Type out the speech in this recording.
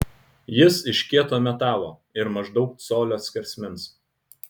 jis iš kieto metalo ir maždaug colio skersmens